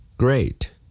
Great